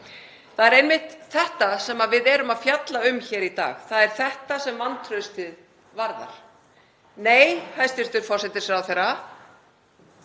Það er einmitt þetta sem við erum að fjalla um hér í dag. Það er þetta sem vantraustið varðar. Nei, hæstv. forsætisráðherra.